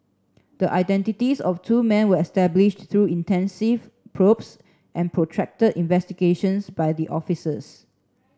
the identities of two men were established through intensive probes and protracted investigations by the officers